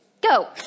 Go